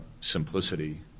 simplicity